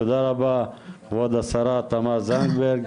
תודה רבה כבוד השרה, תמר זנדברג,